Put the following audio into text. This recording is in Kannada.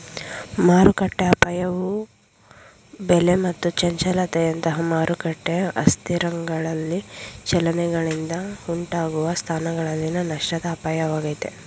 ಮಾರುಕಟ್ಟೆಅಪಾಯವು ಬೆಲೆ ಮತ್ತು ಚಂಚಲತೆಯಂತಹ ಮಾರುಕಟ್ಟೆ ಅಸ್ಥಿರಗಳಲ್ಲಿ ಚಲನೆಗಳಿಂದ ಉಂಟಾಗುವ ಸ್ಥಾನಗಳಲ್ಲಿನ ನಷ್ಟದ ಅಪಾಯವಾಗೈತೆ